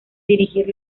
dirigir